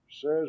says